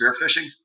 spearfishing